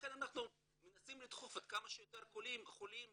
לכן אנחנו מנסים לדחוף עד כמה שיותר חולים בשעה,